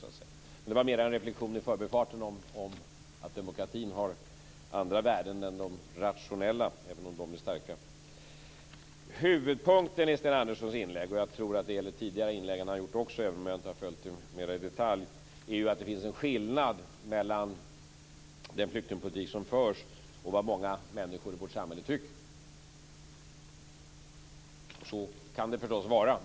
Men detta var mera en reflexion i förbifarten om att demokratin har andra värden är de rationella, även om de är starka. Huvudpunkten i Sten Anderssons anförande - och jag tror att det också gäller tidigare inlägg som han har gjort - är att det finns en skillnad mellan den flyktingpolitik som förs och det som många människor i vårt samhälle tycker. Så kan det förstås vara.